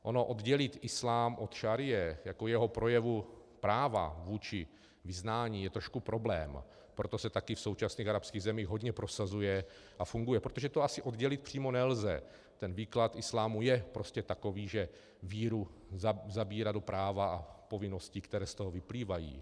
Ono oddělit islám od šaríi jako jeho projevu práva vůči vyznání je trošku problém, proto se taky v současných arabských zemích hodně prosazuje a funguje, protože to asi oddělit přímo nelze výklad islámu je prostě takový, že víru zabírá do práva a povinností, které z toho vyplývají.